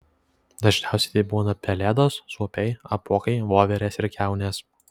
dažniausia tai būna pelėdos suopiai apuokai voverės ir kiaunės